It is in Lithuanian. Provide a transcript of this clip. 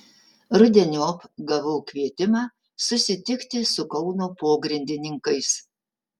rudeniop gavau kvietimą susitikti su kauno pogrindininkais